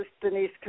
Denise